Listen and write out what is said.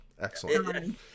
excellent